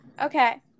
Okay